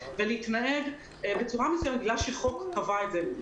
ולהתנהג בצורה מסוימת בגלל שחוק קבע את זה.